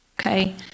okay